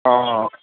ਹਾਂ